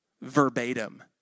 verbatim